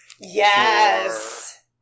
Yes